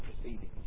proceedings